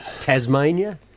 Tasmania